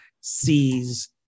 sees